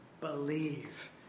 Believe